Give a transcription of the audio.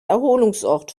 erholungsort